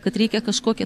kad reikia kažkokį